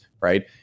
right